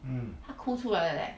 她哭出来了 leh